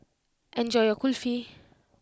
enjoy your Kulfi